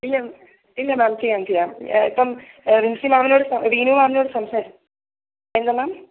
ഇല്ല ഇല്ല മാം ചെയ്യാം ചെയ്യാം ഇപ്പം റിൻസി മാമിനോട് സംസാരം റീനു മാമിനോട് സംസാരിച്ചു എന്താ മാം